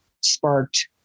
sparked